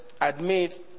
admit